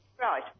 Right